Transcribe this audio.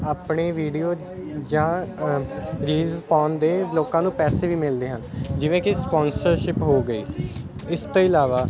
ਆਪਣੀ ਵੀਡੀਓ ਜਾਂ ਰੀਲਜ਼ ਪਾਉਣ ਦੇ ਲੋਕਾਂ ਨੂੰ ਪੈਸੇ ਵੀ ਮਿਲਦੇ ਹਨ ਜਿਵੇਂ ਕਿ ਸਪੋਂਸਰਸ਼ਿਪ ਹੋ ਗਈ ਇਸ ਤੋਂ ਇਲਾਵਾ